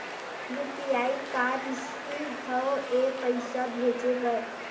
UPI का रिसकी हंव ए पईसा भेजे बर?